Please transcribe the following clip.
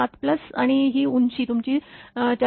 7 plus आणि ही उंची तुमची 402